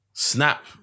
snap